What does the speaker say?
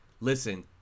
listen